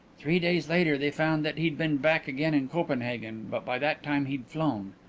three days later they found that he'd been back again in copenhagen but by that time he'd flown.